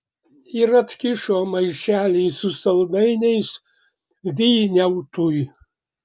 ir atkišo maišelį su saldainiais vyniautui